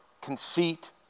conceit